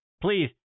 please